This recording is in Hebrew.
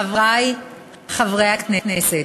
חברי חברי הכנסת,